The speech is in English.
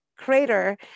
crater